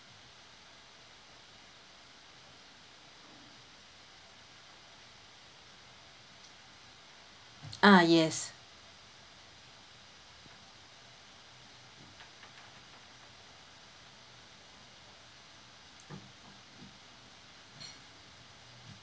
ah yes